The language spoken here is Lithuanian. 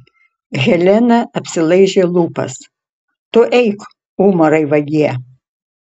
helena apsilaižė lūpas tu eik umarai vagie